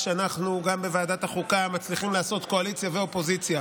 הצעת חוק מטעם הממשלה בקריאה השנייה והשלישית,